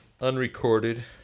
Unrecorded